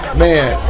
man